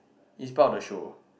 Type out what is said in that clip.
is part of the show